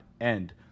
end